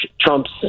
Trump's